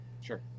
Sure